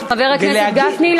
חבר הכנסת גפני,